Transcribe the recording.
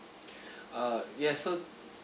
uh yes so